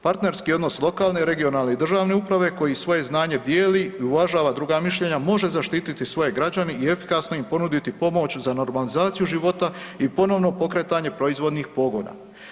Partnerski odnos lokalne, regionalne i državne uprave koji svoje znanje dijeli i uvažava druga mišljenja može zaštititi svoje građane i efikasno im ponuditi pomoć za normalizaciju života i ponovno pokretanje proizvodnih pogona.